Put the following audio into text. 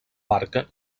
barca